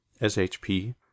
SHP